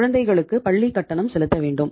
குழந்தைகளுக்கு பள்ளி கட்டணம் செலுத்த வேண்டும்